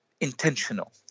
intentional